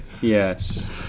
Yes